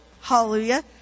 Hallelujah